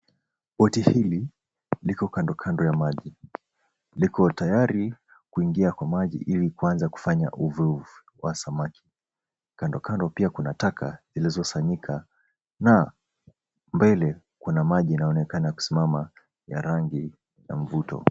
Boti hili liko kandokando ya maji, liko tayari kuingia Kwa maji ili kuanza kufanya uvuvi wa samaki. Kando kando pia kuna taka zilizosanyika na mbele kuna maji inaonekana kusimama ya rangi ya mvuto.